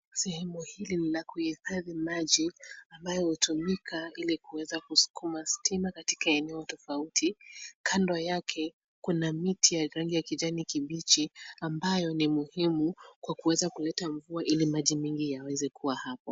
Sehemu hili ni la kuhifadhi maji, ambayo hutumika ili kuweza kusukuma stima katika eneo tofauti. Kando yake kuna miti ya rangi ya kijani kibichi ambayo ni muhimu kwa kuweza kuleta mvua ili maji mingi yaweze kuwa hapo.